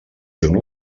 junts